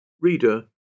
Reader